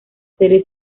serie